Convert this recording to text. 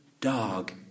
dog